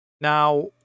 Now